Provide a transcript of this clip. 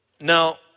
Now